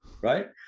right